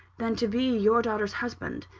than to be your daughter's husband.